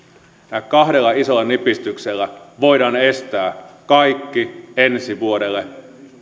niin näillä kahdella pienellä nipistyksellä voidaan estää kaikki ensi vuodelle